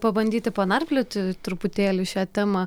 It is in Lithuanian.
pabandyti panarplioti truputėlį šią temą